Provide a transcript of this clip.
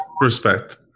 respect